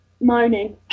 moaning